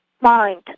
mind